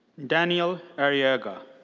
daniel arriaga.